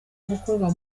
gukorwa